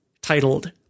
titled